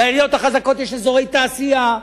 לעיריות החזקות יש אזורי תעשייה,